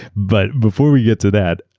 but before we get to that,